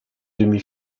demi